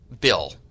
bill